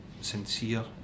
sincere